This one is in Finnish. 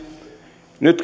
nyt